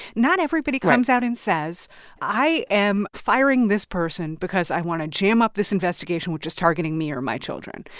not everybody comes out and says i am firing this person because i want to jam up this investigation which is targeting me or my children.